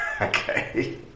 Okay